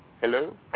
Hello